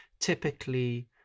typically